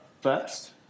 first